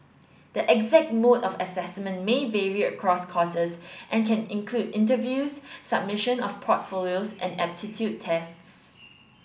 the exact mode of assessment may vary across courses and can include interviews submission of portfolios and aptitude tests